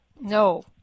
No